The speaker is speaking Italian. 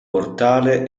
portale